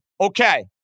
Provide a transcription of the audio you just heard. Okay